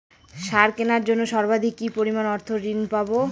সার কেনার জন্য সর্বাধিক কি পরিমাণ অর্থ ঋণ পাব?